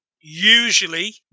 usually